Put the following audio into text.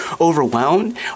overwhelmed